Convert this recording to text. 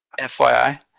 FYI